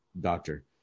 doctor